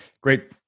Great